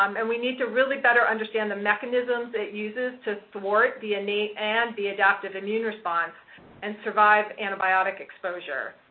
um and we need to really better understand the mechanisms it uses to thwart the innate and the adaptive immune response and survive antibiotic exposure.